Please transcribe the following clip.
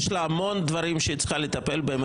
יש המון דברים שהיא צריכה לטפל בהם.